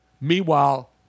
Meanwhile